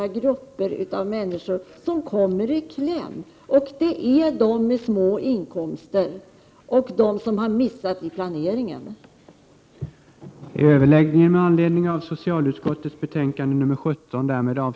De grupper som kommer i kläm är de 13 april 1989 som har små inkomster och de som har missat i planeringen. RUTAN SKR Bidrag till barnomsorg Överläggningen var härmed avslutad.